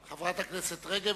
תודה רבה.